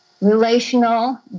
relational